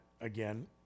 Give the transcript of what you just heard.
again